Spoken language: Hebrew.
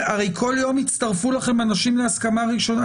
הרי כל יום הצטרפו לכם אנשים להסכמה ראשונה.